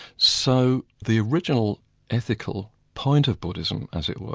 so the original ethical point of buddhism, as it were,